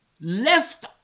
left